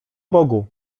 bogu